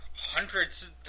Hundreds